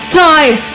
time